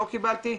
לא קיבלתי,